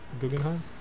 Guggenheim